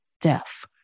death